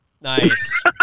Nice